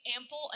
ample